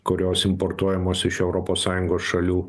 kurios importuojamos iš europos sąjungos šalių